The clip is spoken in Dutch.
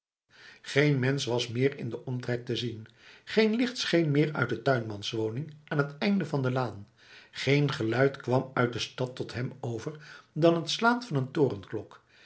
geen mensch was meer in den omtrek te zien geen licht scheen meer uit de tuinmanswoning aan het einde van de laan geen geluid kwam uit de stad tot hem over dan het slaan van een